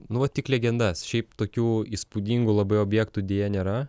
nu vat tik legendas šiaip tokių įspūdingų labai objektų deja nėra